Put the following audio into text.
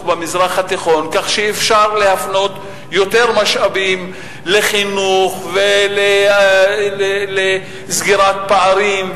במזרח התיכון כך שאפשר להפנות יותר משאבים לחינוך ולסגירת פערים,